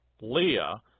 Leah